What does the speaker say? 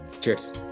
Cheers